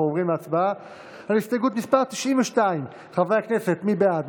אנחנו עוברים להצבעה על הסתייגות מס' 90. מי בעד?